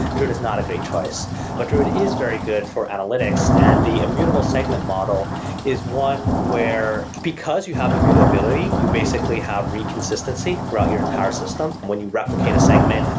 druid is not a great. but druid is very good for analytics and the immutable segment model is one where, because you have immutability, you basically have read consistency throughout your entire system when you replicate a segment,